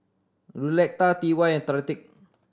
Lucetta T Y and Tyrik